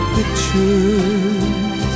pictures